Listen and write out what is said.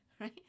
right